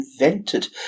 invented